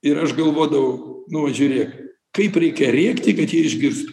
ir aš galvodavau nu žiūrėkit kaip reikia rėkti kad jie išgirstų